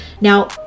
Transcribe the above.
now